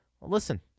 Listen